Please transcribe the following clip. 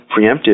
preemptive